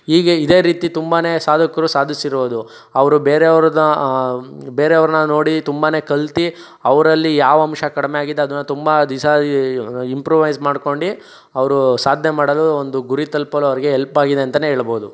ಹೀಗೆ ಇದೆ ರೀತಿ ತುಂಬನೇ ಸಾಧಕರು ಸಾಧಿಸ್ತಿರೋದು ಅವರು ಬೇರೆ ಅವ್ರನ್ನ ಬೇರೆ ಅವ್ರನ್ನ ನೋಡಿ ತುಂಬನೇ ಕಲ್ತು ಅವರಲ್ಲಿ ಯಾವ ಅಂಶ ಕಡಿಮೆ ಆಗಿದೆ ಅದನ್ನು ತುಂಬ ದಿವ್ಸ ಇಂಪ್ರೊವೈಸ್ ಮಾಡ್ಕೊಂಡು ಅವರು ಸಾಧನೆ ಮಾಡೋದು ಒಂದು ಗುರಿ ತಲುಪಲು ಅವರಿಗೆ ಎಲ್ಪ್ ಆಗಿದೆ ಅಂತಲೇ ಹೇಳಬೋದು